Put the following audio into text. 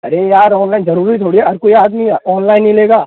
अरे यार ऑनलाइन ज़रूरी थोड़ी है हर कोई आदमी ऑनलाइन ही लेगा